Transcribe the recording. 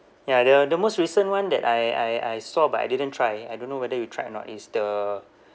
ya the the most recent one that I I I saw but I didn't try I don't know whether you tried or not is the